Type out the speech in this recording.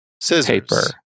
Scissors